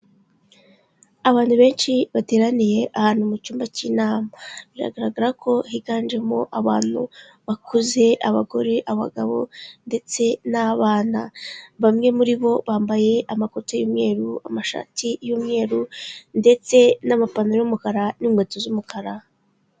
Abantu benshi bateraniye ahantu mu cyumba cy'inama, biragaragara ko higanjemo abantu bakuze, abagore, abagabo ndetse n'abana, bamwe muri bo bambaye amakoti y'umweru, amashati y'umweru, ndetse n'amapantaro y'umukara n'inkweto z'umukara.